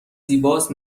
زیباست